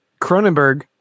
Cronenberg